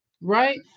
Right